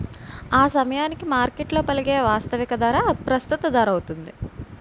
ఆసమయానికి మార్కెట్లో పలికే వాస్తవిక ధర ప్రస్తుత ధరౌతుంది